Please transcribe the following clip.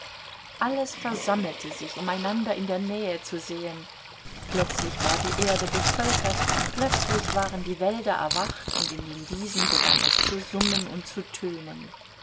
alles versammelte sich um einander in der nähe zu sehen plötzlich war die erde bevölkert plötzlich waren die wälder erwacht und in den wiesen begann es zu summen und zu tönen